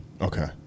Okay